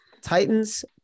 Titans